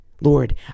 Lord